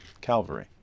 Calvary